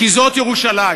כי זאת ירושלים.